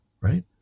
right